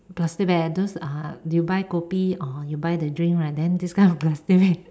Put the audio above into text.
plastic bag those uh you buy kopi or you buy the drink right this kind of plastic bag